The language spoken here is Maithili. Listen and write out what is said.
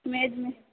भेजमे